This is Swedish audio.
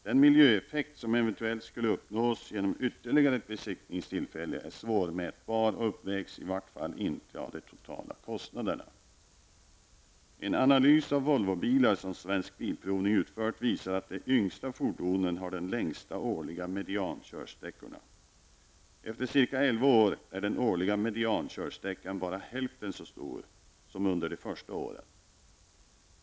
Den miljöeffekt som eventuellt skulle uppnås genom ytterligare ett besiktningstillfälle är svårmätbar och uppvägs i varje fall inte av de totala kostnaderna. En analys av Volvobilar som Svensk Bilprovning utfört visar att de yngsta fordonen har den längsta årliga mediankörsträckan. Efter ca 11 år är den årliga mediankörsträckan bara hälften så stor som under de första åren.